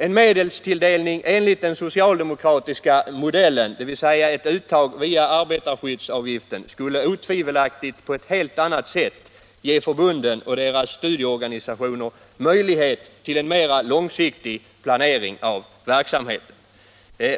En medelstilldelning enligt den socialdemokratiska modellen, dvs. ett uttag via arbetarskyddsavgiften, skulle otvivelaktigt på ett helt annat sätt ge förbunden och deras studieorganisationer möjlighet till en mera långsiktig planering av verksamheten.